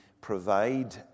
provide